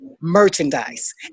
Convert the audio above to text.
merchandise